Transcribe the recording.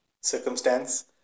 circumstance